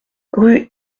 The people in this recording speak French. rue